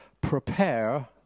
prepare